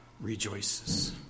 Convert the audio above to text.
rejoices